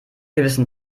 gewissen